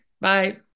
Bye